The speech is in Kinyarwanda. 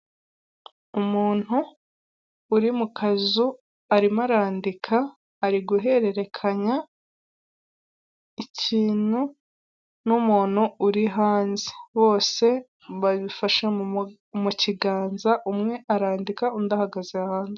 Aya n'ameza ari mu nzu, bigaragara ko aya meza ari ayokuriho arimo n'intebe nazo zibaje mu biti ariko aho bicarira hariho imisego.